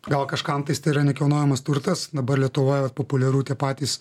gal kažkam tais tai yra nekilnojamas turtas dabar lietuvoje vat populiaru tie patys